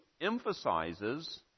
emphasizes